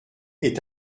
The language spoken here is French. est